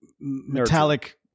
metallic